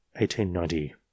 1890